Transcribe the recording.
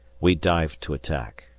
we dived to attack.